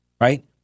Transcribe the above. right